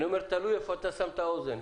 אני אומר: תלוי איפה אתה שם את האוזן,